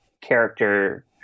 character